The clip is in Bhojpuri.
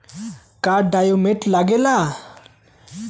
का डॉक्यूमेंट लागेला?